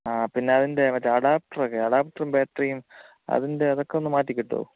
ആ പിന്നെ അതിൻ്റെ മറ്റേ അഡാപ്റ്ററൊക്കെ അഡാപ്റ്ററും ബാറ്ററിയും അതിൻ്റെ അതൊക്കെ ഒന്ന് മാറ്റിക്കിട്ടുമോ